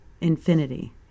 infinity